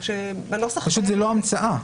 פשוט זאת לא המצאה.